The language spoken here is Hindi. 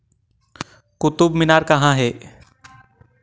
कुतुब मीनार कहाँ है